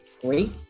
great